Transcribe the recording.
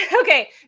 Okay